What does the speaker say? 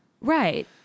Right